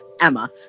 Emma